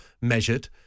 measured